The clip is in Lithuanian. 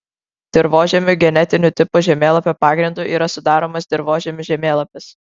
dirvožemių genetinių tipų žemėlapio pagrindu yra sudaromas dirvožemių žemėlapis